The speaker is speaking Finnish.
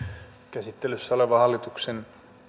käsittelyssä oleva hallituksen